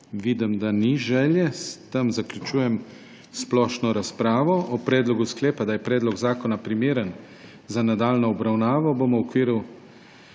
Vidim, da ni želje. S tem zaključujem splošno razpravo. O predlogu sklepa, da je predlog zakona primeren za nadaljnjo obravnavo,